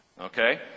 Okay